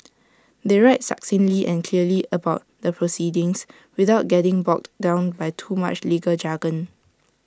they write succinctly and clearly about the proceedings without getting bogged down by too much legal jargon